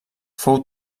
fou